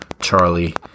Charlie